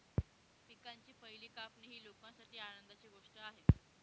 पिकांची पहिली कापणी ही लोकांसाठी आनंदाची गोष्ट आहे